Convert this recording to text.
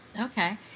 okay